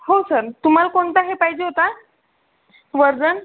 हो सर तुम्हाला कोणता हे पाहिजे होता वर्जन